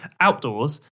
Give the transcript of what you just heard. Outdoors